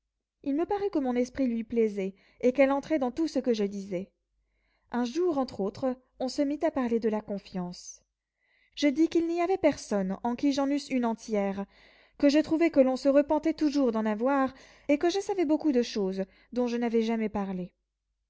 il me parut que mon esprit lui plaisait et qu'elle entrait dans tout ce que je disais un jour entre autres on se mit à parler de la confiance je dis qu'il n'y avait personne en qui j'en eusse une entière que je trouvais que l'on se repentait toujours d'en avoir et que je savais beaucoup de choses dont je n'avais jamais parlé